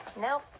Nope